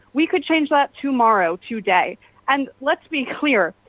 we could change that tomorrow, today. and let's be clear,